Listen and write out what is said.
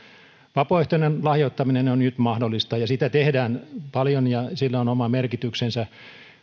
vapaaehtoinen lahjoittaminen on nyt mahdollista sitä tehdään paljon ja sillä on oma merkityksensä